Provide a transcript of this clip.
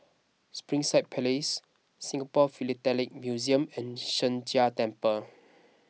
Springside Place Singapore Philatelic Museum and Sheng Jia Temple